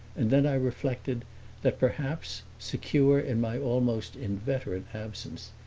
and then i reflected that perhaps, secure in my almost inveterate absence,